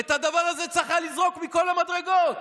את הדבר זה צריך היה לזרוק מכל המדרגות.